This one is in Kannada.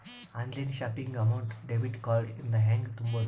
Online shopping amount debit card ಇಂದ ಹೆಂಗ್ ತುಂಬೊದು?